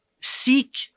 seek